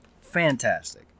fantastic